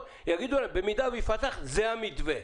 ויגידו להם: במידה וייפתח זה המתווה,